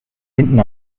hinten